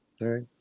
right